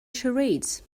charades